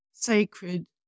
sacred